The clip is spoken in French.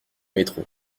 métro